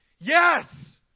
Yes